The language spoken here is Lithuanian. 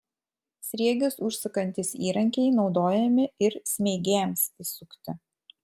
sriegius užsukantys įrankiai naudojami ir smeigėms įsukti